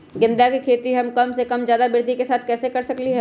गेंदा के खेती हम कम जगह में ज्यादा वृद्धि के साथ कैसे कर सकली ह?